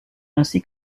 ainsi